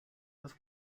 das